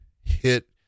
hit